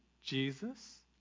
Jesus